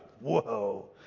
whoa